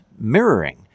mirroring